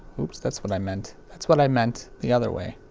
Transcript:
oops that's what i meant. that's what i meant! the other way,